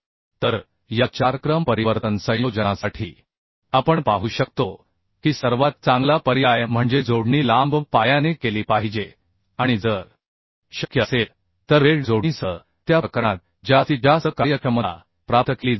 तर या चार क्रमपरिवर्तन संयोजनासाठी आपण पाहू शकतो की सर्वात चांगला पर्याय म्हणजे जोडणी लांब पायाने केली पाहिजे आणि जर शक्य असेल तर वेल्ड जोडणीसह त्या ठिकाणी जास्तीत जास्त कार्यक्षमता प्राप्त केली जाऊ शकते